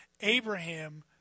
Abraham